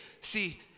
See